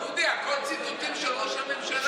דודי, הכול ציטוטים של ראש הממשלה.